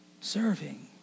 serving